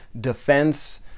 defense